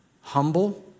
humble